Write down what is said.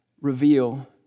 reveal